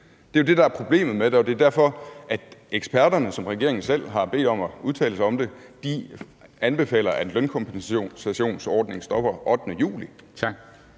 Det er jo det, der er problemet med det. Det er derfor, at eksperterne, som regeringen selv har bedt om at udtale sig om det, anbefaler, at lønkompensationsordningen stopper den 8. juli.